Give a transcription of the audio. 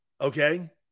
Okay